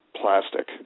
plastic